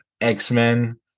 x-men